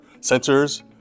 sensors